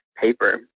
paper